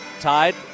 tied